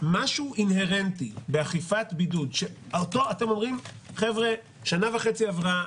משהו אינהרנטי באכיפת בידוד שאותם אומרים: שנה וחצי עברה,